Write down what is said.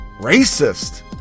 racist